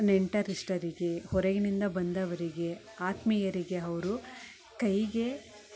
ನೆಂಟರಿಷ್ಟರಿಗೆ ಹೊರಗಿನಿಂದ ಬಂದವರಿಗೆ ಆತ್ಮೀಯರಿಗೆ ಅವರು ಕೈಗೆ